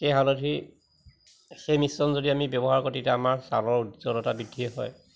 সেই হালধি সেই মিশ্ৰণ যদি আমি ব্যৱহাৰ কৰোঁ তেতিয়া আমাৰ ছালৰ উজ্জ্বলতা বৃদ্ধি হয়